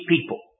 people